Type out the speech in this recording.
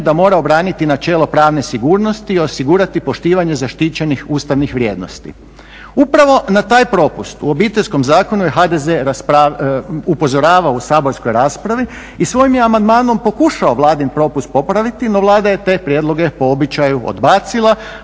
da mora obraniti načelo pravne sigurnosti i osigurati poštivanje zaštićenih ustavnih vrijednosti. Upravo na taj propust u Obiteljskom zakonu je HDZ upozoravao u saborskoj raspravi i svojim je amandmanom pokušao vladin propust popraviti, no Vlada je te prijedloge po običaju odbacila,